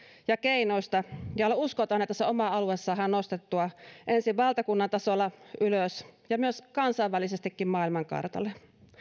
ja keinoista ja siellä uskotaan että se oma alue saadaan nostettua ensin valtakunnan tasolla ylös ja kansainvälisestikin maailmankartalle